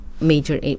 major